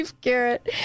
Garrett